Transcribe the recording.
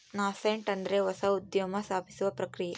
nascent ಅಂದ್ರೆ ಹೊಸ ಉದ್ಯಮ ಸ್ಥಾಪಿಸುವ ಪ್ರಕ್ರಿಯೆ